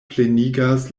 plenigas